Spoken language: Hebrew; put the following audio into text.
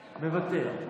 מוותר.